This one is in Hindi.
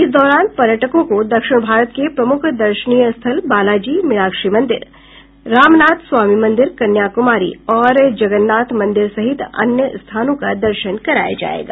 इस दौरान पर्यटकों को दक्षिण भारत के प्रमुख दर्शनीय स्थल बालाजी मीनाक्षी मंदिर रामनाथस्वामी मंदिर कन्याकुमारी और जगरनाथ मंदिर सहित अन्य स्थानों का दर्शन कराया जायेगा